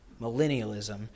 millennialism